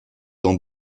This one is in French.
dans